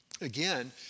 again